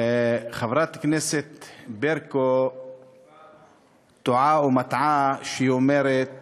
חברת הכנסת ברקו טועה ומטעה כשהיא אומרת